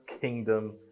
Kingdom